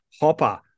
Hopper